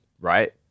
right